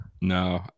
No